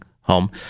home